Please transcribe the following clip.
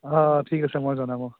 অঁ অঁ ঠিক আছে মই জনাম অঁ